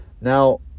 Now